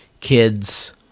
kids